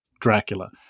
Dracula